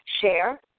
share